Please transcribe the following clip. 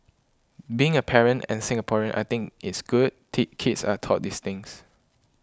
being a parent and Singaporean I think it's good tick kids are taught these things